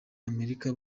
amerika